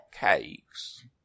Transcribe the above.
cakes